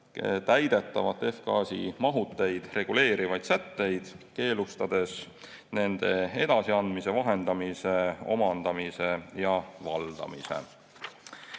täidetavaid F-gaasi mahuteid reguleerivaid sätteid, keelustades nende edasiandmise, vahendamise, omandamise ja valdamise.